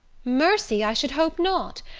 mercy, i should hope not,